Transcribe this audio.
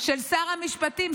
של שר המשפטים,